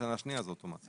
מהשנה השנייה זה אוטומטי.